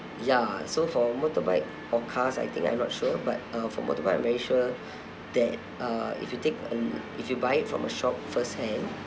ya so for motorbike or cars I think I'm not sure but uh for motorbike I'm very sure that uh if you take uh if you buy it from a shop firsthand